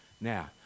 now